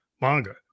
manga